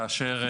כאשר,